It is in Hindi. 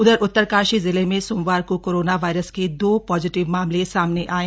उधर उत्तरकाशी जिले में सोमवार को कोरोना वायरस के दो पॉजिटिव मामले सामने आये